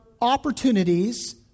opportunities